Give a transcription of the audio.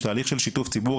זה תהליך של שיתוף ציבור,